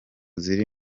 ziri